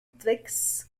twigs